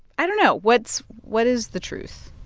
i don't know. what's what is the truth?